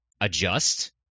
adjust